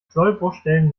sollbruchstellen